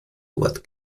wort